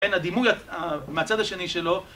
כן, הדימוי מהצד השני שלו